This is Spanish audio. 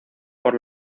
por